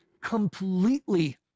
completely